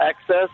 access